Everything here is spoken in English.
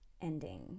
ending